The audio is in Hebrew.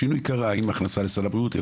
השינוי קרה עם ההכנסה לסל הבריאות.